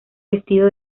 vestido